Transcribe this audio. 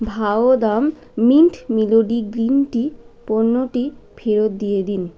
Vahdam mint melody green tea পণ্যটি ফেরত দিয়ে দিন